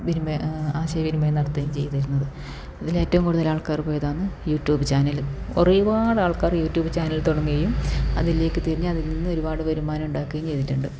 വിനിമയം ആശയവിനിമയം നടത്തുകയും ചെയ്തിരുന്നത് അതിൽ ഏറ്റവും കൂടുതൽ ആൾകാർ പോയതാന്ന് യൂട്യൂബ് ചാനല് കുറെ ഒരുപാട് ആൾക്കാർ യൂട്യൂബ് ചാനൽ തുടങ്ങുകയും അതിലേക്ക് തിരിഞ്ഞ് അതിൽ നിന്ന് ഒരുപാട് വരുമാനം ഉണ്ടാക്കുകയും ചെയ്തിട്ടുണ്ട്